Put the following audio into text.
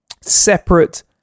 separate